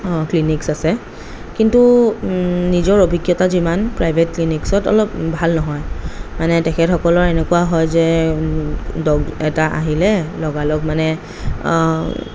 clinics আছে কিন্তু নিজৰ অভিজ্ঞতা যিমান প্ৰাইভেট ক্লিনিকচত অলপ ভাল নহয় মানে তেখেতসকলৰ এনেকুৱা হয় যে ডগ এটা আহিলে লগালগ মানে